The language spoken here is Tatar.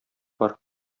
бар